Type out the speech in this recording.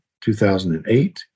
2008